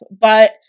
but-